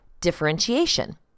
Differentiation